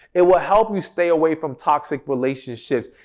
it will help you stay away from toxic relationships,